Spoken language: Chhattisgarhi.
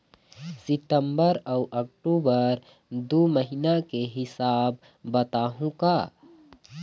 सितंबर अऊ अक्टूबर दू महीना के हिसाब बताहुं का?